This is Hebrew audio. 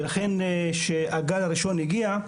לכן כשהגל הראשון הגיע,